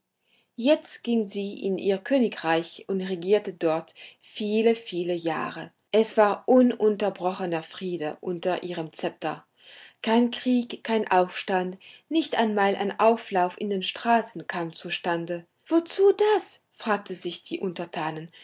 jetzt ging sie in ihr königreich und regierte dort viele viele jahre es war ununterbrochener friede unter ihrem zepter kein krieg kein aufstand nicht einmal ein auflauf auf den straßen kam zustande wozu das fragten sich die untertanen